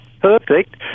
perfect